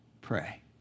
pray